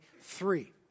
three